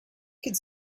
could